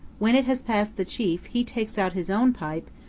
when it has passed the chief, he takes out his own pipe,